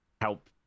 help